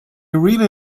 really